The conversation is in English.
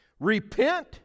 Repent